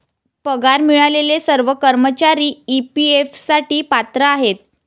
पगार मिळालेले सर्व कर्मचारी ई.पी.एफ साठी पात्र आहेत